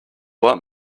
want